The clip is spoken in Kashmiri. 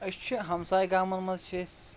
أسۍ چھِ ہَمساے گامَن منٛز چھِ أسۍ